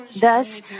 Thus